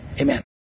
amen